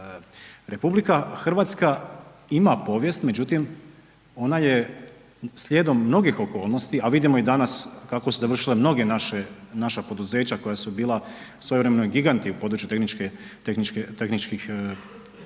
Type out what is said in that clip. RH ima povijest, međutim ona je slijedom mnogih okolnosti, a vidimo i danas kako su završile mnoge naše, naša poduzeća koja su bila svojevremeno i giganti u području tehničke,